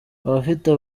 abafite